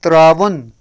ترٛاوُن